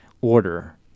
order